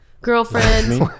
Girlfriend